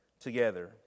together